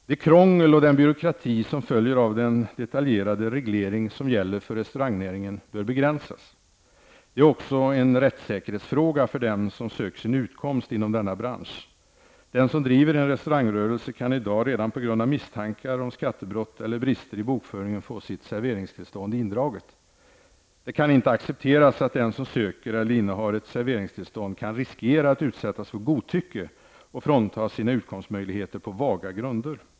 Det krångel och den byråkrati som följer av den detaljerade reglering som gäller för restaurangnäringen bör begränsas. Det är också en rättsäkerhetsfråga för dem som söker sin utkomst inom denna bransch. Den som driver en restaurangrörelse kan i dag redan på grund av misstankar om skattebrott eller brister i bokföringen få sitt serveringstillstånd indraget. Det kan inte accepteras att den som söker eller innehar ett serveringstillstånd kan riskera att utsättas för godtycke och fråntas sina utkomstmöjligheter på vaga grunder.